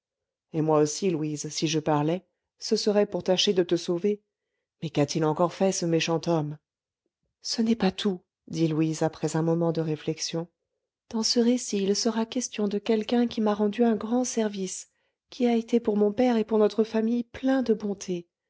et moi aussi louise si je parlais ce serait pour tâcher de te sauver mais qu'a-t-il encore fait ce méchant homme ce n'est pas tout dit louise après un moment de réflexion dans ce récit il sera question de quelqu'un qui m'a rendu un grand service qui a été pour mon père et pour notre famille plein de bonté